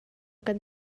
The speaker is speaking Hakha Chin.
kan